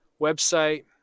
website